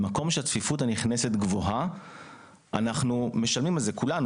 במקום שבו הצפיפות הנכנסת היא גבוהה אנחנו משלמים על זה כולנו.